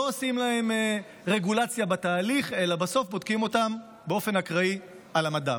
לא עושים להם רגולציה בתהליך אלא בסוף בודקים אותם באופן אקראי על המדף.